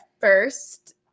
first